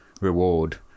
reward